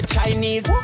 Chinese